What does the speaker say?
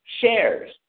shares